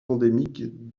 endémique